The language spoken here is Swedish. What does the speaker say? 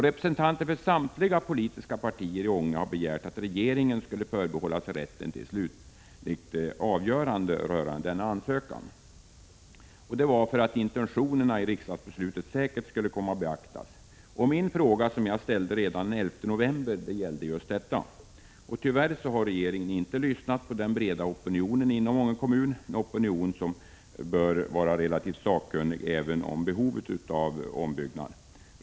Representanter för samtliga politiska partier i Ånge kommun har begärt att regeringen skall förbehålla sig rätten till slutligt avgörande rörande denna ansökan för att intentionerna i riksdagsbeslutet säkert skall komma att beaktas. Min fråga, som jag ställde redan den 11 november, gällde just detta. Tyvärr har regeringen inte lyssnat på den breda opinionen inom Ånge kommun, en opinion som bör vara relativt sakkunnig även i fråga om behovet av en ombyggnad.